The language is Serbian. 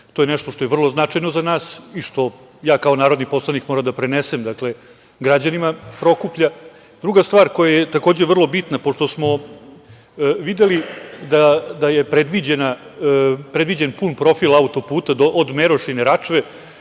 To je nešto što je vrlo značajno za nas i što kao narodni poslanik moram da prenesem građanima Prokuplja. Druga stvar koja je, takođe, vrlo bitna, pošto smo videli da je predviđen pun profil autoputa od Merošine, račve,